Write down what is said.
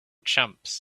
chumps